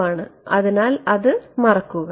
ആണ് അതിനാൽ അത് മറക്കുക